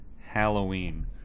Halloween